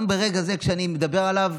גם ברגע זה כשאני מדבר עליו,